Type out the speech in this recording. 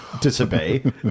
disobey